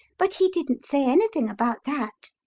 but he didn't say anything about that.